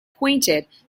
appointed